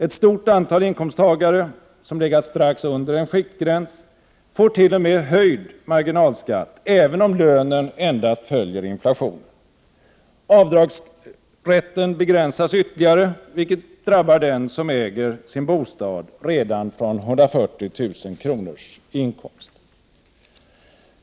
Ett stort antal inkomsttagare, som legat strax under en skiktgräns, får t.o.m. höjd marginalskatt, även om lönen endast följer inflationen. Avdragsrätten begränsas ytterligare, vilket drabbar den som äger sin bostad redan från 140 000 kronors inkomst.